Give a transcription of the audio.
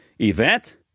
Event